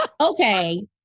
Okay